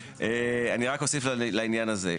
אני רק אוסיף לעניין הזה.